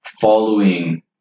following